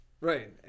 right